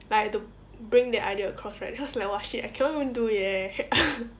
like I had to bring that idea across right then I was like !wah! shit I cannot even do it eh